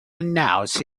announce